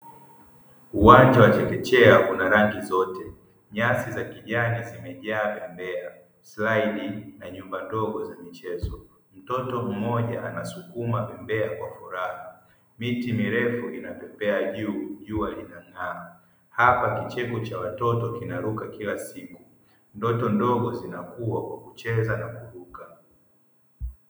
Uwanja wa chekechea una rangi zote, nyasi za kijani zimejaa, bembea, slaidi na nyumba ndogo za michezo. Mtoto mmoja anasukuma bembea kwa furaha, miti mirefu inapepea juu, jua linawaka. Hapa kicheko cha watoto kinaruka kila siku. Ndoto ndogo zinakua kwa kucheza na kuruka.